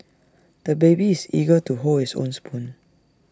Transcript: the baby is eager to hold his own spoon